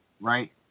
right